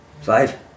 Five